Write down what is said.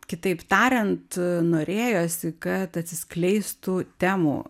kitaip tariant norėjosi kad atsiskleistų temų